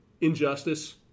injustice